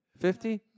Fifty